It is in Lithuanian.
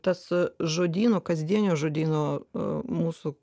tas žodynų kasdienio žodyno mūsų